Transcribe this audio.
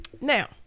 Now